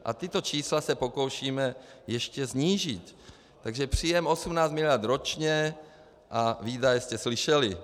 A tato čísla se pokoušíme ještě snížit, takže příjem 18 mld. ročně a výdaje jste slyšeli.